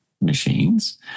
machines